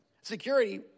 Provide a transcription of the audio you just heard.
Security